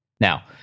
Now